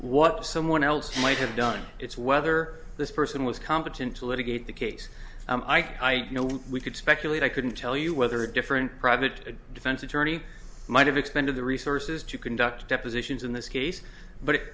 what someone else might have done it's whether this person was competent to litigate the case i do know we could speculate i couldn't tell you whether different private defense attorney might have expended the resources to conduct depositions in this